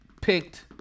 picked